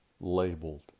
labeled